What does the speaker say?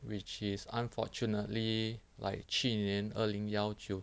which is unfortunately like 去年二零幺九